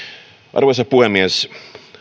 arvoisa puhemies